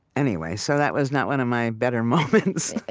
anyway, so that was not one of my better moments.